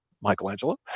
Michelangelo